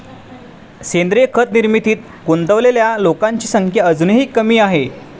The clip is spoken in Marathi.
सेंद्रीय खत निर्मितीत गुंतलेल्या लोकांची संख्या अजूनही कमी आहे